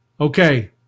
Okay